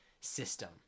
system